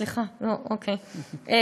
סליחה, שלוש דקות.